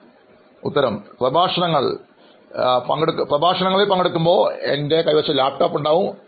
അഭിമുഖം സ്വീകരിക്കുന്നയാൾപ്രഭാഷണങ്ങൾ പങ്കെടുക്കുമ്പോൾ എൻറെ ലാപ്ടോപ്പ് കൈവശം ഉണ്ടാകും